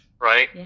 right